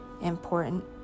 important